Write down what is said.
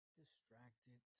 distracted